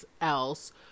else